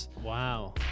Wow